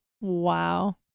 Wow